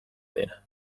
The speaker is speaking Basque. dena